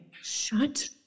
Shut